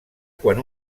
quan